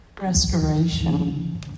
Restoration